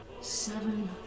seven